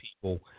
people